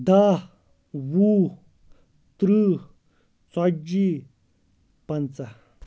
دہ وُہ ترٕٛہ ژَتجِہہ پَنٛژاہ